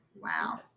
wow